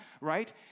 right